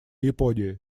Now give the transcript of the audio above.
японии